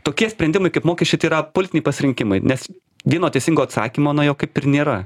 tokie sprendimai kaip mokesčiai tai yra politiniai pasirinkimai nes vieno teisingo atsakymo na jo kaip ir nėra